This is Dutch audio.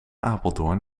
apeldoorn